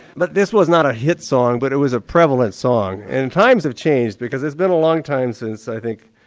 but this was not a hit song but it was a prevalent song and and times have changed because it's been a long time since, i think,